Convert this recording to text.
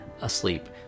asleep